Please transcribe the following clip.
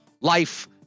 life